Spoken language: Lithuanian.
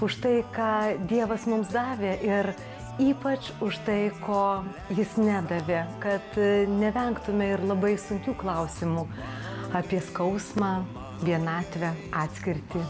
už tai ką dievas mums davė ir ypač už tai ko jis nedavė kad nevengtume ir labai sunkių klausimų apie skausmą vienatvę atskirtį